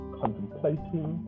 contemplating